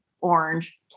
Orange